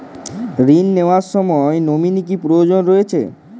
ঋণ নেওয়ার সময় নমিনি কি প্রয়োজন রয়েছে?